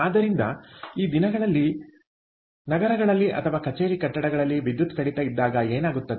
ಆದ್ದರಿಂದ ಈ ದಿನಗಳಲ್ಲಿ ನಗರಗಳಲ್ಲಿ ಅಥವಾ ಕಚೇರಿ ಕಟ್ಟಡಗಳಲ್ಲಿ ವಿದ್ಯುತ್ ಕಡಿತ ಇದ್ದಾಗ ಏನಾಗುತ್ತದೆ